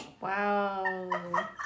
Wow